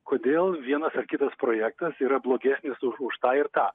kodėl vienas ar kitas projektas yra blogesnis už už tą ir tą